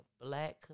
black